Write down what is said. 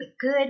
good